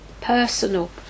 personal